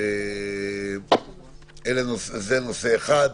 יש עוד